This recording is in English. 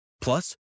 Plus